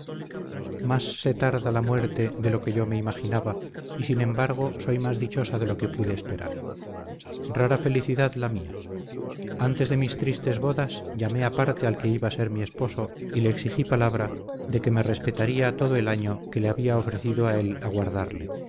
se tarda la muerte de lo que yo me imaginaba y sin embargo soy más dichosa de lo que pude esperar rara felicidad la mía antes de mis tristes bodas llamé aparte al que iba a ser mi esposo y le exigí palabra de que me respetaría todo el año que le había ofrecido a él aguardarle